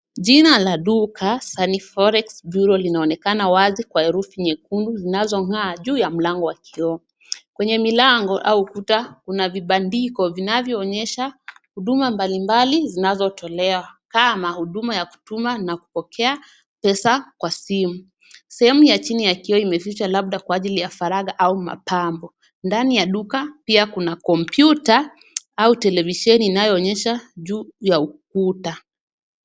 Jina la duka Sunny Forex Bureau linaonekana wazi kwa herufi nyekundi zinazo ngaa juu ya mlango wa kioo. Kwenye mlango au ukuta kuna vipandiko vinavyoonyesha huduma mbali mbali zinazotolewa, kama huduma ya kutuma na kupokea pesa kwa simu. Sehemu ya jini ya ya kioo imeficha labda ajili ya faraka au mapambo. Ndani ya duka pia kuna kompyuta au televisheni inaonyesha juu ya ukuta.